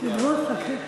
שתקבע ועדת הכנסת נתקבלה.